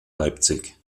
leipzig